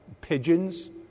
pigeons